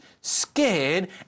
scared